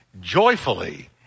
joyfully